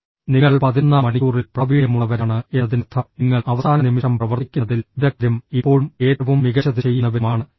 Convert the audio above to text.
നിങ്ങൾ പതിനൊന്നാം മണിക്കൂറിൽ പ്രാവീണ്യമുള്ളവരാണ് എന്നതിനർത്ഥം നിങ്ങൾ അവസാന നിമിഷം പ്രവർത്തിക്കുന്നതിൽ വിദഗ്ധരും ഇപ്പോഴും ഏറ്റവും മികച്ചത് ചെയ്യുന്നവരുമാണ് എന്നാണ്